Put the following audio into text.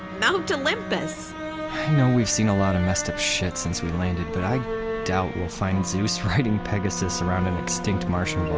mount olympus i know we've seen a lot of messed up shit since we landed but i doubt we'll find zeus riding pegasus around an extinct martian